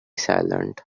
silent